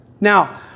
Now